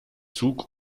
zug